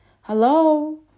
Hello